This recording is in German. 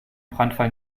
brandfall